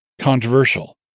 controversial